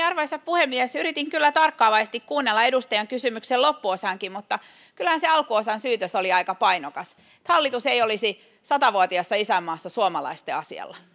arvoisa puhemies yritin kyllä tarkkaavaisesti kuunnella edustajan kysymyksen loppuosankin mutta kyllähän se alkuosan syytös oli aika painokas että hallitus ei olisi sata vuotiaassa isänmaassa suomalaisten asialla